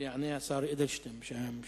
ויענה השר אדלשטיין בשם הממשלה.